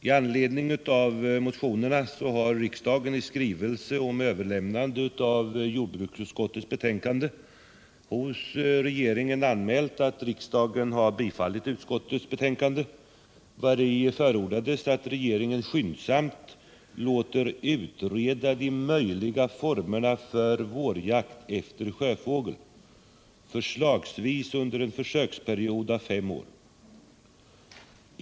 I anledning av motionen har riksdagen i skrivelse om överlämnande av jordbruksutskottets betänkande hos regeringen anmält att riksdagen har bifallit utskottets hemställan, vari förordades att ”regeringen skyndsamt låter utreda de möjliga formerna för en sådan jakt, förslagsvis under en försöksperiod av fem år”.